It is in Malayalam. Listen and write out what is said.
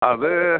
അത്